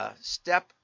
step